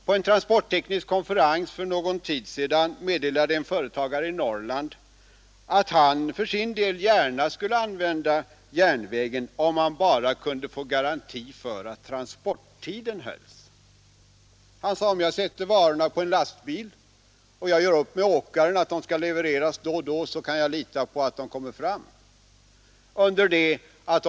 På en transportteknisk konferens för någon tid sedan meddelade en företagare i Norrland att han för sin del gärna skulle använda järnvägen, om han bara kunde få garanti för att transporttiden hölls. Han sade att om han sätter varorna på en lastbil och gör upp med åkaren att de skall levereras då och då så kan han lita på att de kommer fram i avtalad tid.